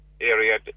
area